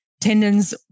Tendons